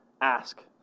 ask